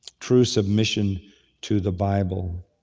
true submission to the bible.